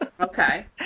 Okay